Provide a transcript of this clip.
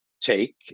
take